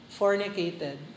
fornicated